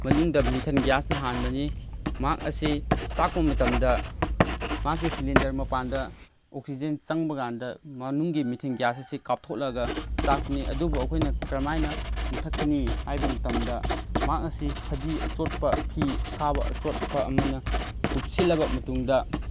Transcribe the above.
ꯃꯅꯨꯡꯗ ꯃꯤꯊꯦꯟ ꯒ꯭ꯌꯥꯁꯅ ꯍꯥꯟꯕꯅꯤ ꯃꯍꯥꯛ ꯑꯁꯤ ꯆꯥꯛꯄ ꯃꯇꯝꯗ ꯃꯍꯥꯛꯀꯤ ꯁꯤꯂꯤꯟꯗꯔ ꯃꯄꯥꯟꯗ ꯑꯣꯛꯁꯤꯖꯦꯟ ꯆꯪꯕꯀꯥꯟꯗ ꯃꯅꯨꯡꯒꯤ ꯃꯤꯊꯟ ꯒ꯭ꯌꯥꯁ ꯑꯁꯤ ꯀꯥꯞꯊꯣꯛꯂꯒ ꯆꯥꯛꯄꯅꯤ ꯑꯗꯨꯕꯨ ꯑꯩꯈꯣꯏꯅ ꯀꯔꯝꯍꯥꯏꯅ ꯃꯨꯊꯠꯀꯅꯤ ꯍꯥꯏꯕ ꯃꯇꯝꯗ ꯃꯍꯥꯛ ꯑꯁꯤ ꯐꯗꯤ ꯑꯆꯣꯠꯄ ꯐꯤ ꯑꯊꯥꯕ ꯑꯆꯣꯠꯄ ꯑꯃꯅ ꯀꯨꯞꯁꯤꯜꯂꯕ ꯃꯇꯨꯡꯗ